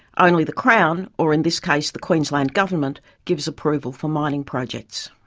only the crown, or in this case, the queensland government, gives approval for mining projects.